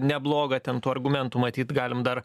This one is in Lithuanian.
nebloga ten tų argumentų matyt galim dar